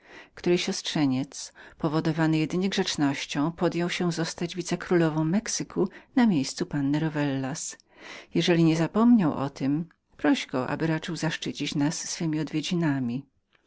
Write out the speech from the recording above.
której siostrzeniec powodowany jedynie grzecznością podjął się zostać vice królową mexyku na miejscu panny rowellas jeżeli dotąd nie zapomniał o nim proś go aby raczył zaszczycić nas swemi odwiedzinami